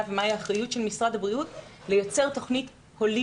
ומה היא האחריות של משרד הבריאות לייצר תכנית הוליסטית,